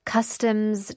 Customs